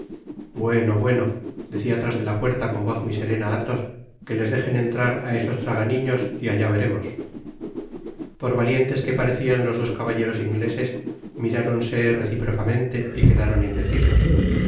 bueno bueno decía tras de la puerta con voz muy serena athos que les dejen entrar á esos traganiños y allá veremos por valientes que parecieran los dos caballeros ingleses miráronse recipro camente y quedaron indecisos